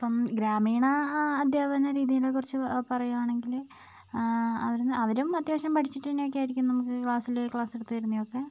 ഇപ്പം ഗ്രാമീണ അധ്യാപകന രീതിയെക്കുറിച്ച് പറയുവാണെങ്കിൽ അവർ അവരും അത്യാവശ്യം പഠിച്ചിട്ടു തന്നെയായിരിക്കും നമുക്ക് ക്ലാസ്സിൽ ക്ലാസ്സെടുത്ത് തരുന്നതൊക്കെ